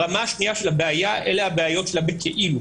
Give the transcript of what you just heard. הרמה השנייה של הבעיה היא הבעיות שבכאילו,